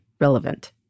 relevant